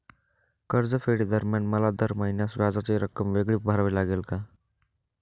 कर्जफेडीदरम्यान मला दर महिन्यास व्याजाची रक्कम वेगळी भरावी लागेल का?